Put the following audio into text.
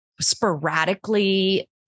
sporadically